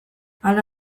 hala